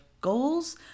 goals